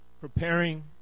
preparing